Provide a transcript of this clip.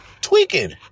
Tweaking